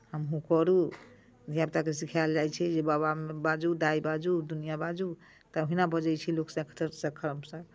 हमहूँ करू धिया पुताकेँ सिखायल जाइत छै जे बाबा बाजू दाइ बाजू दुनिआँ बाजू तऽ ओहिना बजै छै लोक सभ